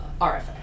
RFA